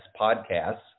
podcasts